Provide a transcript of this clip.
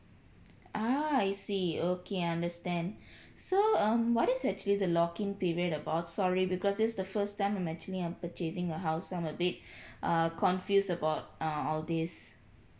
ah I see okay I understand so um what is actually the lock in period about sorry because this is the first time I'm actually I'm purchasing a house I'm a bit uh confuse about uh all these